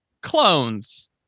clones